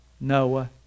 Noah